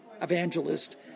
evangelist